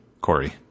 Corey